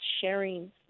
sharing